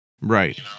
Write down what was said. Right